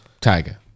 Tiger